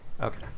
Okay